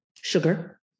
sugar